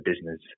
business